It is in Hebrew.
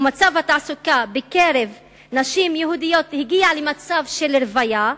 ומצב התעסוקה בקרב נשים יהודיות הגיע למצב של רוויה,